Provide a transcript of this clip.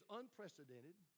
unprecedented